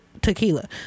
tequila